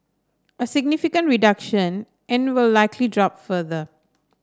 a significant reduction and will likely drop further